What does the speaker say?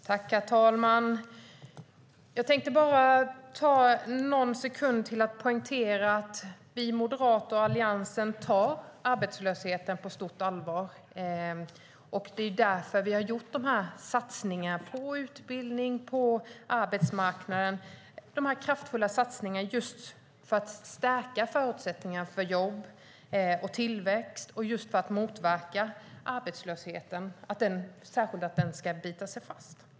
Herr talman! Jag tänkte använda några sekunder till att poängtera att vi moderater och Alliansen tar arbetslösheten på stort allvar. Det är därför vi har gjort dessa satsningar på utbildning på arbetsmarknaden. Det har skett för att stärka förutsättningarna för jobb och tillväxt och för att motverka att arbetslösheten biter sig fast.